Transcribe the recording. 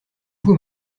vous